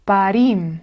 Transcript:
Parim